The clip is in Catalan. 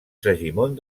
segimon